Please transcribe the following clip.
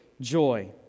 joy